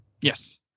Yes